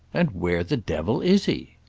and where the devil is he?